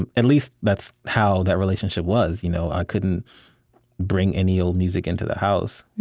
and at least, that's how that relationship was. you know i couldn't bring any old music into the house.